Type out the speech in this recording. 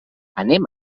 anem